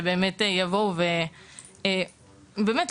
זה היה בוודאי מועיל.